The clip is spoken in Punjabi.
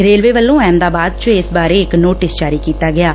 ਰੇਲਵੇ ਵਲੋਂ ਅਹਿਮਦਾਬਾਦ ਚ ਇਸ ਬਾਰੇ ਇਕ ਨੋਟਿਸ ਜਾਰੀ ਕੀਤਾ ਗਿਐ